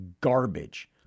garbage